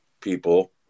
people